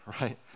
right